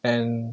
and